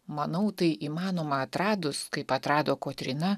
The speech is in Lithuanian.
manau tai įmanoma atradus kaip atrado kotryna